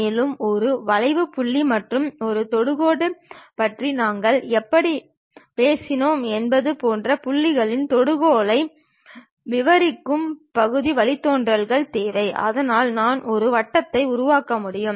மேலும் ஒரு வளைவு புள்ளி மற்றும் ஒரு தொடுகோடு பற்றி நாங்கள் எப்படிப் பேசினோம் என்பது போன்ற புள்ளிகளில் தொடுகோலை விவரிக்கும் பகுதி வழித்தோன்றல்கள் தேவை அதனால் நான் ஒரு வட்டத்தை உருவாக்க முடியும்